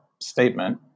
statement